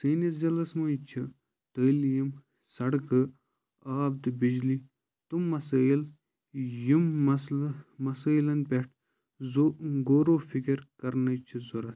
سٲنِس ضِلعس منٛز چھِ تٲلیٖم سڑکہٕ آب تہٕ بِجلی تِم مسٲیِل یِم مسلہٕ مسٲیلن پٮ۪ٹھ غورو فکر کرنٕچ ضوٚرتھ